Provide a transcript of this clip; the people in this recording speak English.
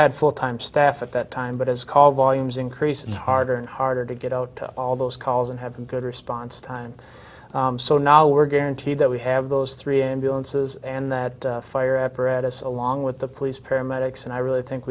had full time staff at that time but as call volumes increase it's harder and harder to get out all those calls and have a good response time so now we're guaranteed that we have those three ambulances and that fire apparatus along with the police paramedics and i really think